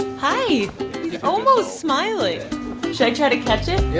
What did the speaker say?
hi. he's almost smiling should i try to catch it? yeah